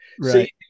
right